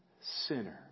sinner